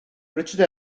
richard